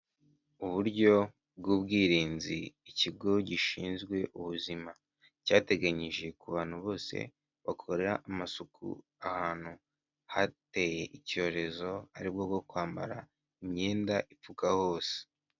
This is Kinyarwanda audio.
Uburyo bw'ubwirinzi, ikigo gishinzwe ubuzima cyateganyije ku bantu bose, bakora amasuku ahantu hateye icyorezo, aribwo bwo kwambara imyenda ipfuka hose.